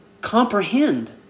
comprehend